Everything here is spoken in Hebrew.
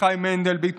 אביחי מנדלבליט,